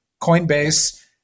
Coinbase